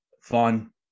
Fun